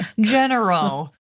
general